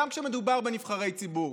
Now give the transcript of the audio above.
גם כשמדובר בנבחרי ציבור.